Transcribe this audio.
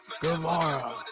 Guevara